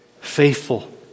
faithful